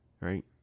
right